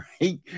Right